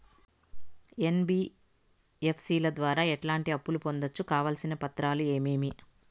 NBFC ల ద్వారా ఎట్లాంటి అప్పులు పొందొచ్చు? కావాల్సిన పత్రాలు ఏమేమి?